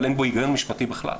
אבל אין בו היגיון משפטי בכלל.